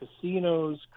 casinos